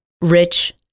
rich